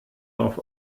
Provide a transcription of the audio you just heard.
auf